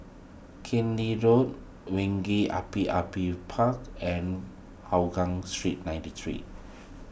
Road Api Api Park and Hougang Street ninety three